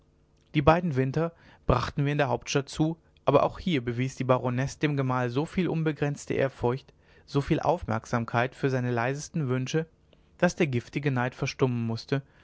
die beiden winter brachten wir in der hauptstadt zu aber auch hier bewies die baronesse dem gemahl so viel unbegrenzte ehrfurcht so viel aufmerksamkeit für seine leisesten wünsche daß der giftige neid verstummen mußte